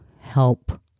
help